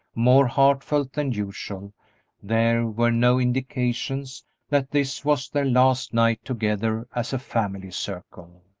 more heartfelt than usual, there were no indications that this was their last night together as a family circle.